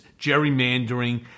gerrymandering